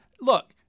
look